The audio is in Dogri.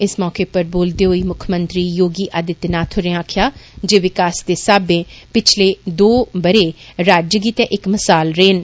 इस मौके पर बोलदे होई मुक्खमंत्री योगी आदित्यनाथ होरें आक्खेआ जे विकास दे स्हाबे पिछले दो बरे राज्य गितै इक मिसाल रे न